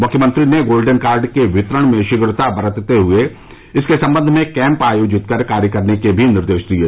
मुख्यमंत्री ने golden card के वितरण में शीघ्रता बरतते हए इसके संबंध में कैम्प आयोजित कर कार्य करने के भी निर्देश दिये